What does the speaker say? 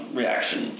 reaction